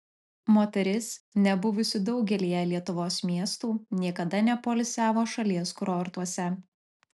moteris nebuvusi daugelyje lietuvos miestų niekada nepoilsiavo šalies kurortuose